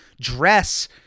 dress